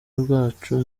rwacu